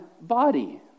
body